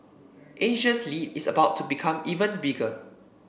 Asia's lead is about to become even bigger